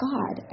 God